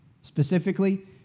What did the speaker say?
specifically